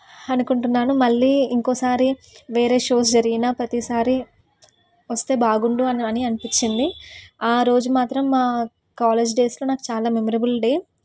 అనుకుంటున్నాను మళ్ళీ ఇంకోసారి వేరే షోస్ జరిగినా ప్రతీసారి వస్తే బాగుండు అని అనిపించింది ఆ రోజు మాత్రం మా కాలేజ్ డేస్లో నాకు చాలా మెమరబుల్ డే